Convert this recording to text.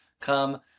come